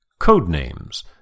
Codenames